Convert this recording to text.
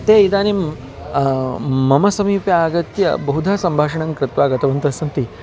ते इदानीं मम समीपे आगत्य बहुधा सम्भाषणं कृत्वा गतवन्तः सन्ति